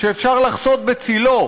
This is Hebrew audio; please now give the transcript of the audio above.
שאפשר לחסות בצלו,